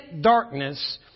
darkness